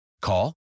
Call